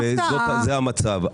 זה המצב.